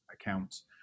accounts